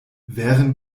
wären